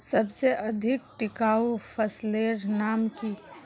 सबसे अधिक टिकाऊ फसलेर नाम की?